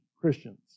Christians